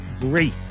great